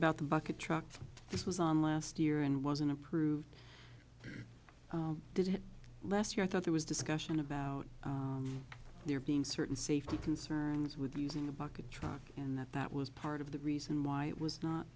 about the bucket trucks this was on last year and wasn't approved last year i thought there was discussion about there being certain safety concerns with using a bucket truck and that that was part of the reason why it was